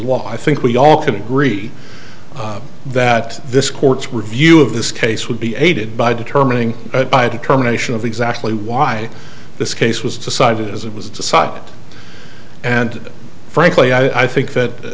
law i think we all can agree that this court's review of this case would be aided by determining by a determination of exactly why this case was decided as it was decided and frankly i think that